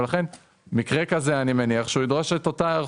אני מניח שמקרה כזה ידרוש את אותה היערכות.